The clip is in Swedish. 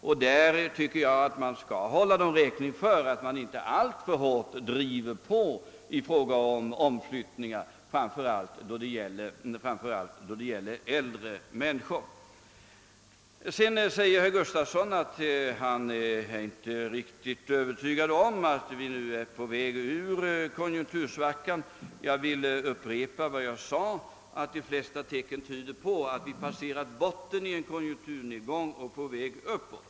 Härvidlag tycker jag att man skall hålla arbetsmarknadsstyrelsen räkning för att den inte alltför hårt driver på i fråga om omflyttningar, framför allt då det gäller äldre människor. han inte är riktigt övertygad om att vi nu är på väg ur konjunktursvackan. Jag vill emellertid upprepa att de flesta tecken tyder på att vi passerat botten i en konjunkturnedgång och att vi är på väg uppåt.